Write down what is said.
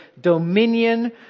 dominion